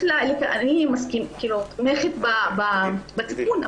אני תומכת בתיקון,